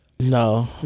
No